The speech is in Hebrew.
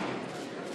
המדינה מאולם